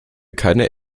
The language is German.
keine